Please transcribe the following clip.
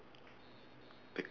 pick